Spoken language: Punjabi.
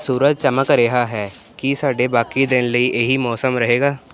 ਸੂਰਜ ਚਮਕ ਰਿਹਾ ਹੈ ਕੀ ਸਾਡੇ ਬਾਕੀ ਦਿਨ ਲਈ ਇਹੀ ਮੌਸਮ ਰਹੇਗਾ